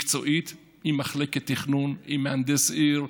מקצועית, עם מחלקת תכנון, עם מהנדס עיר,